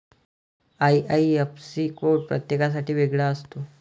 IIFC code प्रत्येकासाठी वेगळा असतो